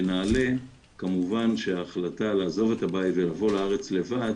בנעל"ה כמובן שההחלטה לעזוב את הבית ולבוא לארץ לבד